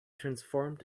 transformed